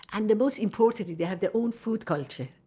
and most importantly, they have their own food culture.